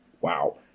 Wow